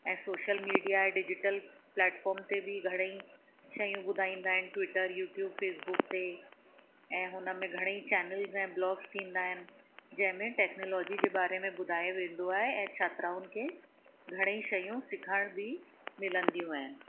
ऐं social media digital platform ते बि घणेई शयूं ॿुधाईंदा आहिनि ट्वीटर यूट्यूब फ़ेसबुक ते ऐं हुन में घणेई चैनल्स ऐं ब्लॉग्स थींदा आहिनि जंहिं में टेक्नोलोजी जे बारे में ॿुधायो वेंदो आहे ऐं छात्राउनि खे घणेई शयूं सिखण बि मिलंदियूं आहिनि